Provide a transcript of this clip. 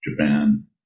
japan